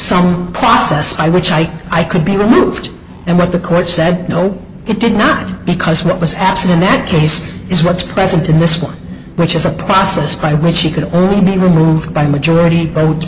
some process by which i i could be removed and what the court said no it did not because what was absent in that case is what's present in this one which is a process by which she could only be removed by majority vote